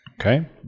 Okay